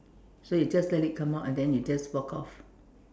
so you just let it come out and then you just walk off